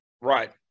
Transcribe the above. Right